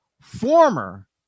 former